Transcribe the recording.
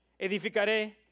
edificaré